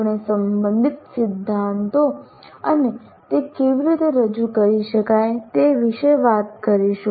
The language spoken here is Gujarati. આપણે સંબંધિત સિદ્ધાંતો અને તે કેવી રીતે રજૂ કરી શકાય તે વિશે વાત કરીશું